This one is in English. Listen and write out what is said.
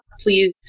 please